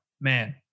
man